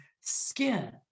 skin